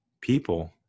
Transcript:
people